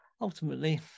ultimately